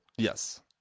Yes